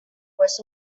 was